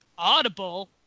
Audible